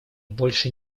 больше